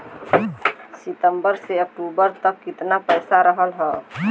सितंबर से अक्टूबर तक कितना पैसा रहल ह?